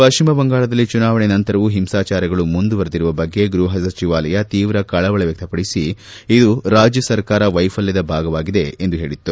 ಪಶ್ಚಿಮ ಬಂಗಾಳದಲ್ಲಿ ಚುನಾವಣೆ ನಂತರವು ಹಿಂಸಾಚಾರಗಳು ಮುಂದುವರೆದಿರುವ ಬಗ್ಗೆ ಗೃಹ ಸಚಿವಾಲಯ ತೀವ್ರ ಕಳವಳ ವ್ಯಕ್ತಪಡಿಸಿ ಇದು ರಾಜ್ಯ ಸರ್ಕಾರ ವೈಫಲ್ಲದ ಭಾಗವಾಗಿದೆ ಎಂದು ಹೇಳಿತ್ತು